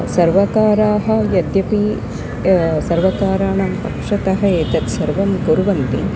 सर्वकाराः यद्यपि सर्वकाराणाम् पक्षतः एतत् सर्वं कुर्वन्ति